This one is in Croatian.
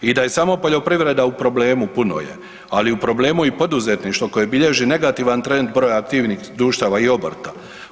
I da je samo poljoprivreda u problemu, puno je, ali je u problemu i poduzetništvo koje bilježi negativan trend broja aktivnih društava i obrta.